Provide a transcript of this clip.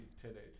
today